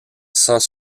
sans